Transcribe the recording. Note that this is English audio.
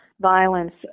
violence